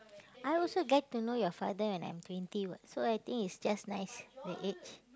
I also get to know your father when I'm twenty [what] so I think it's just nice the age